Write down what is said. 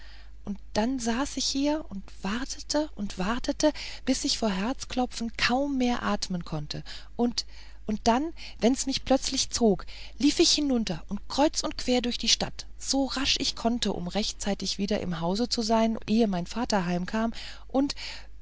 und dann saß ich hier und wartete und wartete bis ich vor herzklopfen kaum mehr atmen konnte und und dann wenn's mich plötzlich zog lief ich hinunter und kreuz und quer durch die straßen so rasch ich konnte um rechtzeitig wieder im hause zu sein ehe mein vater heimkam und